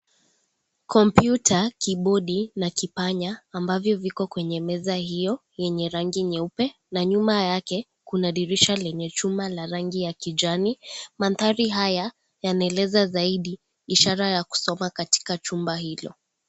Kompyuta, kibudi na kipanya ambavyo viko kwenye meza hiyo yenye rangi nyeupe na nyuma yake kuna dirisha lenye chuma la rangi ya kijani, manthari haya yanaeleza zaidi ishara ya kusoma katika chumba hilo.